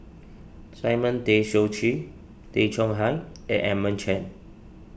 Simon Tay Seong Chee Tay Chong Hai and Edmund Chen